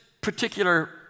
particular